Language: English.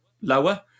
lower